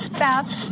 fast